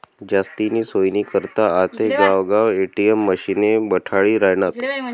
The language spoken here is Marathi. जास्तीनी सोयनी करता आते गावगाव ए.टी.एम मशिने बठाडी रायनात